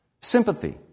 Sympathy